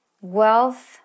wealth